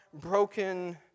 broken